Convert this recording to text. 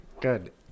good